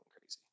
crazy